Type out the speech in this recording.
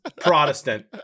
Protestant